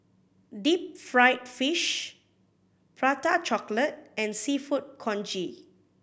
deep fried fish Prata Chocolate and Seafood Congee